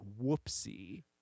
whoopsie